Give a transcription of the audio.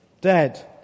Dead